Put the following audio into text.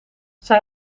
zij